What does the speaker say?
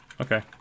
Okay